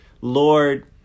Lord